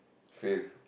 fail